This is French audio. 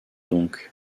donc